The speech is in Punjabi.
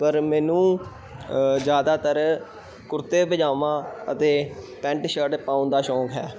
ਪਰ ਮੈਨੂੰ ਜ਼ਿਆਦਾਤਰ ਕੁੜਤੇ ਪਜਾਮਾ ਅਤੇ ਪੈਂਟ ਸ਼ਰਟ ਪਾਉਣ ਦਾ ਸ਼ੌਂਕ ਹੈ